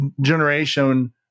generation